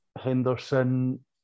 Henderson